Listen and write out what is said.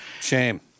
Shame